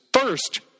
First